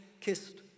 kissed